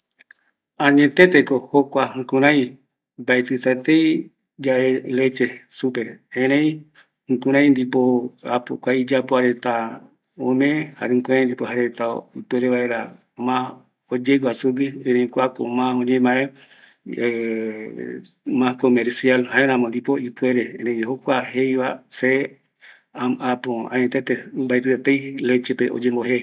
﻿Añeteteko jokua jukurai, mbatitatei yae leche supe, erei jukurai ndipo äpo kua iyapo reta ome jare jukurai ndipo jaereta ipuere vaera mas oyegua sugui, erei kuako mas oñemae mas comercialjaeramo ndipo ipuere ëreijokua jeiva se äpo añetete mbaetitatei lechepe oyemboje